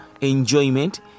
enjoyment